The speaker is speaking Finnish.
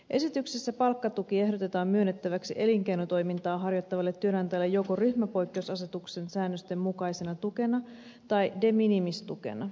esityksessä palkkatuki ehdotetaan myönnettäväksi elinkeinotoimintaa harjoittavalle työnantajalle joko ryhmäpoikkeusasetuksen säännösten mukaisena tukena tai de minimis tukena